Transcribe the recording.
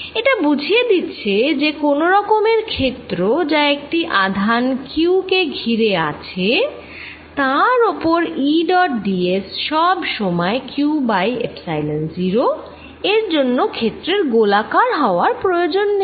এটা বুঝিয়ে দিচ্ছে যে যে কোন রকমের ক্ষেত্র যা একটি আধান q কে ঘিরে আছে তার ওপর E ডট d s সব সময় q বাই এপ্সাইলন 0 এর জন্য ক্ষেত্রের গোলাকার হওয়ার প্রয়োজন নেই